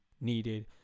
needed